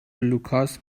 لوکاس